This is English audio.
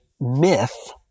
myth